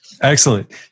Excellent